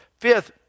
Fifth